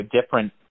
different